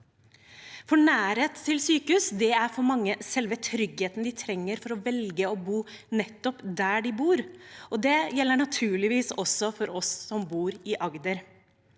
Nærhet til sykehus er for mange selve tryggheten de trenger for å velge å bo nettopp der de bor, og det gjelder naturligvis også for oss som bor i Agder,